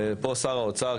כאן שר האוצר,